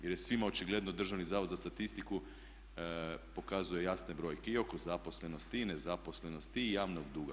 Jer je svima očigledno Državni zavod za statistiku pokazuje jasne brojke i oko zaposlenosti i nezaposlenosti i javnog duga.